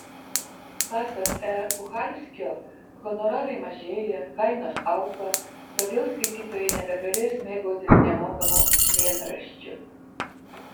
pasak e kuchalskio honorarai mažėja kainos auga todėl skaitytojai nebegalės mėgautis nemokamu mėnraščiu